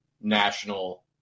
national